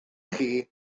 chi